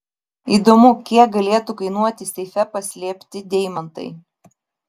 įdomu kiek galėtų kainuoti seife paslėpti deimantai